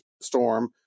storm